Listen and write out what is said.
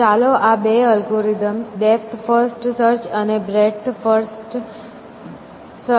તો ચાલો આ બે એલ્ગોરિધમ્સ ડેપ્થ ફર્સ્ટ સર્ચ અને બ્રેથ પ્રથમ સર્ચની તુલના કરીએ